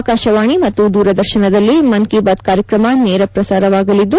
ಆಕಾಶವಾಣಿ ಮತ್ತು ದೂರದರ್ಶನದಲ್ಲಿ ಮನ್ ಕಿ ಬಾತ್ ಕಾರ್ಯಕ್ರಮ ನೇರ ಪ್ರಸಾರವಾಗಲಿದ್ದು